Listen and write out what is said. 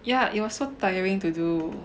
yeah it was so tiring to do